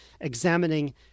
examining